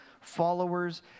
followers